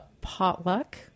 potluck